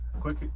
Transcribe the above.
quick